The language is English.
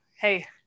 hey